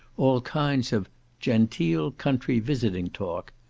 all kinds of genteel country visiting talk,